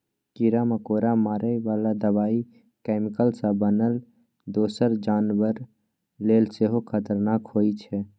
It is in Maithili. कीरा मकोरा मारय बला दबाइ कैमिकल सँ बनल दोसर जानबर लेल सेहो खतरनाक होइ छै